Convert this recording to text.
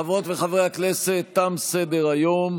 חברות וחברי הכנסת, תם סדר-היום.